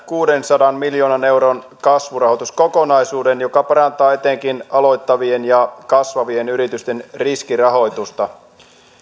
kuudensadan miljoonan euron kasvurahoituskokonaisuuden joka parantaa etenkin aloittavien ja kasvavien yritysten riskirahoitusta